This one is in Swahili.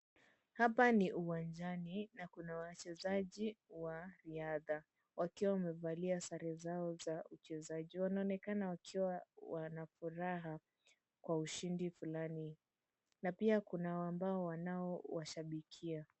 Hapa ni uwanjani na kuna wachezaji wa riadha wakiwa wamevalia sare zao za uchezaji. Wanaonekana wakiwa wana furaha kwa ushindi fulani na pia kuna aambao wanaowashabikia.